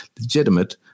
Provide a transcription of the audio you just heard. legitimate